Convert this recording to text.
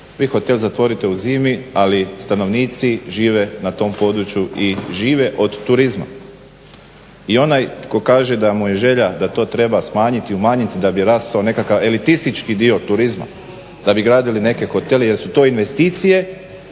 Vi hotel zatvorite u zimi ali stanovnici žive na tom području i žive od turizma. I onaj tko kaže da mu je želja da to treba smanjiti, umanjiti da bi rastao nekakav elitistički dio turizma, da bi gradili neke hotele jer su to investicije